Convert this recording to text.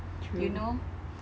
true